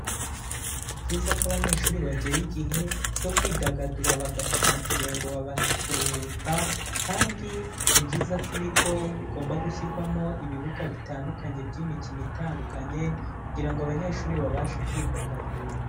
Ni byiza ko abanyeshuri bagera igihe cyo kwidagadura bagakina kugira ngo babashe kuruhuka kandi ni byiza ko ibigo bigomba gushyirwamo ibibuga bitandukanye by'imikino itandukanye, kugira ngo abanyeshuri babashe kwidagadura.